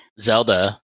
Zelda